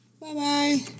Bye-bye